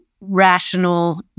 rational